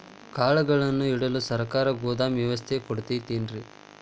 ಕಾಳುಗಳನ್ನುಇಡಲು ಸರಕಾರ ಗೋದಾಮು ವ್ಯವಸ್ಥೆ ಕೊಡತೈತೇನ್ರಿ?